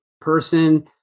person